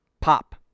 Pop